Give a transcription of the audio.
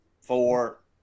four